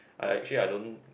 I I actually I don't